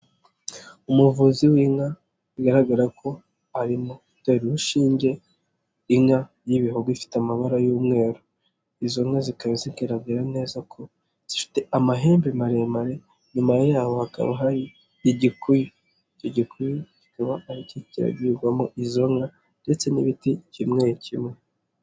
Umuvuzi w'inka bigaragara ko arimo atera urushinge inka y'ibihogo ifite amabara y'umweru, izo nka zikaba zigaragara neza kozifite amahembe maremare nyuma yaho hakaba hari igikuyu, icyo gikuyo cyikaba aricyo cyiragirwamo izo nka ndetse n'ibiti kimwe kimwe.